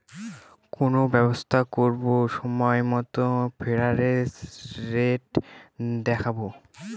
কোনো ব্যবসা করবো সময় মতো রেফারেন্স রেট দেখাবো